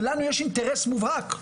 ולנו יש אינטרס מובהק,